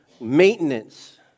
maintenance